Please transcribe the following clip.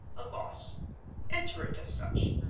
a loss enter it as such.